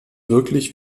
wirklich